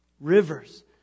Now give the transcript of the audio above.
Rivers